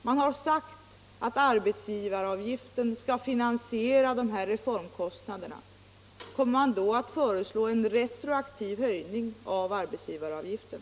Man har sagt att arbetsgivaravgiften skall finansiera dessa reformkostnader. Kommer man då att föreslå en retroaktiv höjning av arbetsgivaravgiften?